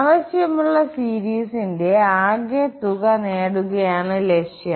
ആവശ്യമുള്ള സീരീസിന്റെ ആകെത്തുക നേടുകയാണ് ലക്ഷ്യം